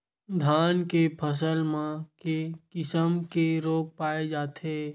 धान के फसल म के किसम के रोग पाय जाथे?